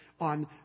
on